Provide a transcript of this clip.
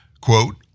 quote